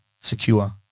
secure